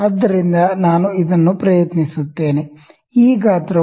ಆದ್ದರಿಂದ ನಾನು ಇದನ್ನು ಪ್ರಯತ್ನಿಸುತ್ತೇನೆ ಈ ಗಾತ್ರವು 1